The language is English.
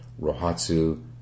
Rohatsu